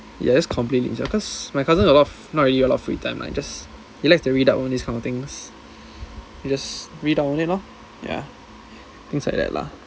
yes completely himself cause my cousin a lot of not really a lot of free time lah just he likes to read up on these kind of thing she just read up on it lor yeah things like that lah